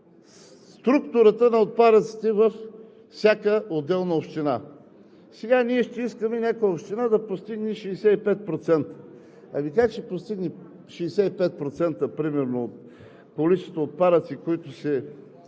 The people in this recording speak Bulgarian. структурата на отпадъците във всяка отделна община. Сега ние ще искаме някоя община да постигне 65%. Ами как ще постигне 65% примерно от количеството отпадъци, които се